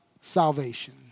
salvation